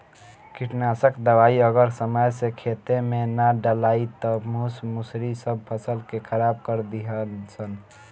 कीटनाशक दवाई अगर समय से खेते में ना डलाइल त मूस मुसड़ी सब फसल के खराब कर दीहन सन